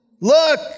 look